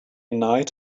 night